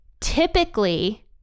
typically